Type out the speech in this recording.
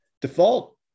default